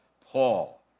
Paul